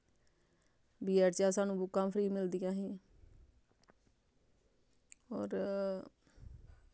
बी Ed चा सानूं बुक्कां फ्री मिलदियां हियां होर